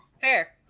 fair